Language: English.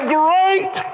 great